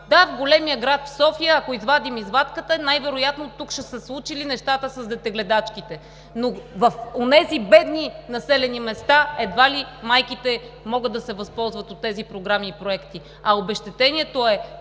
Да, в големия град – в София, ако покажем извадката, най-вероятно тук са се случили нещата с детегледачките, но в онези бедни населени места едва ли майките могат да се възползват от тези програми и проекти, а обезщетението е